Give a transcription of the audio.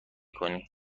کنی